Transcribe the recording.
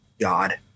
god